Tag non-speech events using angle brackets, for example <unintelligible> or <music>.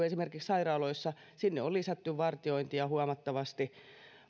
<unintelligible> esimerkiksi sairaaloissa on lisätty vartiointia